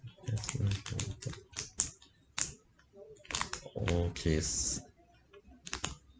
okay